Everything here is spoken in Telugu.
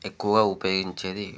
ఎక్కువగా ఉపయోగించేది